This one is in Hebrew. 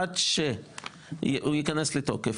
עד שהוא ייכנס לתוקף,